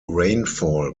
rainfall